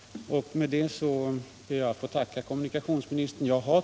Med detta ber jag att få tacka kommunikationsministern.